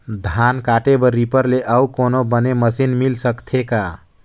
धान काटे बर रीपर ले अउ कोनो बने मशीन मिल सकथे का?